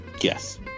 Yes